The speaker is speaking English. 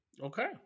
Okay